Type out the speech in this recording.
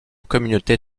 communauté